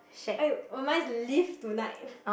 [aiyo] oh mine is live tonight